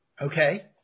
Okay